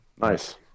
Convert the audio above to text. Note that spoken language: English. Nice